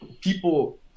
people